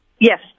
Yes